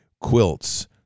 quilts